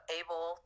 able